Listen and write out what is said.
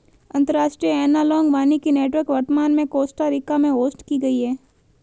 अंतर्राष्ट्रीय एनालॉग वानिकी नेटवर्क वर्तमान में कोस्टा रिका में होस्ट की गयी है